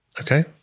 Okay